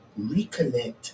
reconnect